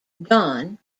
dawn